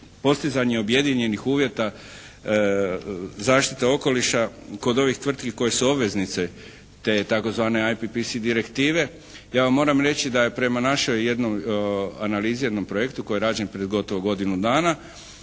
postizanje objedinjenih uvjeta zaštite okoliša kod ovih tvrtki koje su obveznice te tzv. IPPS direktive ja vam moram reći da je prema našoj jednoj analizi, jednom projektu koji je rađen pred gotovo godinu dana